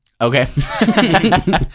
Okay